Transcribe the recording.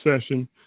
session